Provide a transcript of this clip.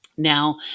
now